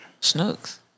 Snooks